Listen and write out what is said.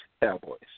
Cowboys